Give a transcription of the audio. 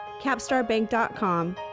capstarbank.com